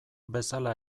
bezala